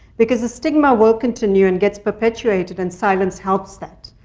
because the stigma will continue, and gets perpetuated, and silence helps that.